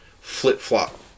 flip-flop